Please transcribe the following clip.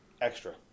extra